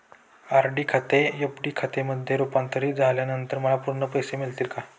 RD खाते FD मध्ये रुपांतरित झाल्यानंतर मला पूर्ण पैसे मिळतील का?